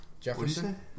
Jefferson